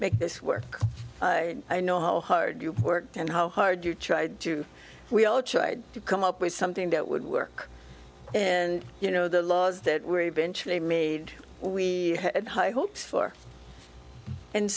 make this work i know how hard you work and how hard you try to we all try to come up with something that would work and you know the laws that were eventually made we had high hopes for and